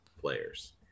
players